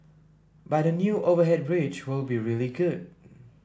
but the new overhead bridge will be really good